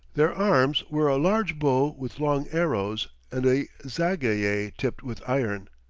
their arms were a large bow with long arrows, and a zagaye tipped with iron.